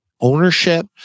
ownership